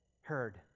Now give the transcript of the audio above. heard